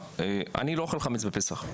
אני לא אוכל חמץ בפסח,